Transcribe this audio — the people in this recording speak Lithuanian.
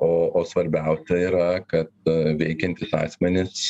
o o svarbiausia yra kad veikiantys asmenys